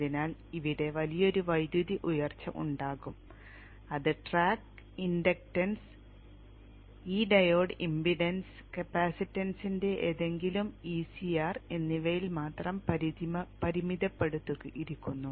അതിനാൽ ഇവിടെ വലിയൊരു വൈദ്യുതി ഉയർച്ച ഉണ്ടാകും അത് ട്രാക്ക് ഇൻഡക്ടൻസ് ഇ ഡയോഡ് ഇംപെഡൻസ് കപ്പാസിറ്റൻസിന്റെ ഏതെങ്കിലും ESR എന്നിവയാൽ മാത്രം പരിമിതപ്പെടുത്തിയിരിക്കുന്നു